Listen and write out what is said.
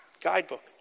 guidebook